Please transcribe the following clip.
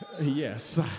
yes